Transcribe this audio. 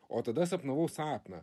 o tada sapnavau sapną